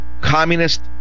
communist